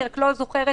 אני יכולה לברר.